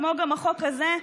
כמו גם החוק הזה,